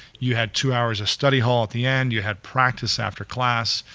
you had two hours of study hall, at the end you had practice after class,